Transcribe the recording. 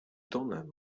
tonem